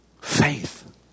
faith